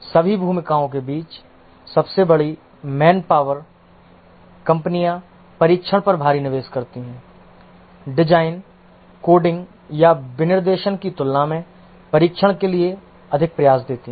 सभी भूमिकाओं के बीच सबसे बड़ी मैन पावर कंपनियां परीक्षण पर भारी निवेश करती हैं डिजाइन कोडिंग या विनिर्देशन की तुलना में परीक्षण के लिए अधिक प्रयास देती हैं